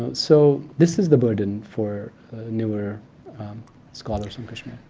so this is the burden for newer scholars on kashmir.